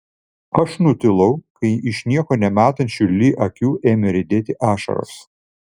aš nutilau kai iš nieko nematančių li akių ėmė riedėti ašaros